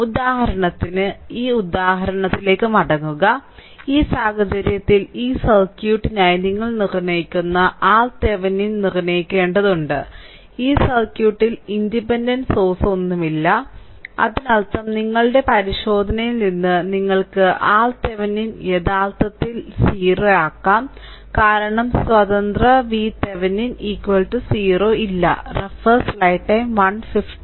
ഉദാഹരണത്തിന് ഈ ഉദാഹരണത്തിലേക്ക് മടങ്ങുക ഈ സാഹചര്യത്തിൽ ഈ സർക്യൂട്ടിനായി നിങ്ങൾ നിർണ്ണയിക്കുന്ന RThevenin നിർണ്ണയിക്കേണ്ടതുണ്ട് ഈ സർക്യൂട്ടിൽ ഇൻഡിപെൻഡന്റ് സോഴ്സ് ഒന്നുമില്ല അതിനർത്ഥം നിങ്ങളുടെ പരിശോധനയിൽ നിന്ന് നിങ്ങൾക്ക് RThevenin യഥാർത്ഥത്തിൽ 0 ആക്കാം കാരണം സ്വതന്ത്ര VThevenin 0 ഇല്ല